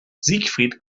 siegfried